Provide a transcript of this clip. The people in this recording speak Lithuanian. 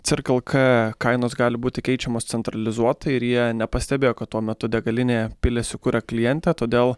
circle k kainos gali būti keičiamos centralizuotai ir jie nepastebėjo kad tuo metu degalinėje pylėsi kurą klientė todėl